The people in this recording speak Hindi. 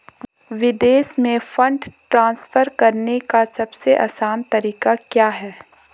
विदेश में फंड ट्रांसफर करने का सबसे आसान तरीका क्या है?